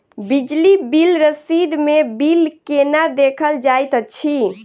बिजली बिल रसीद मे बिल केना देखल जाइत अछि?